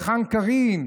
היכן קארין?